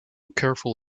careful